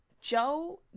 Joe